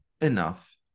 enough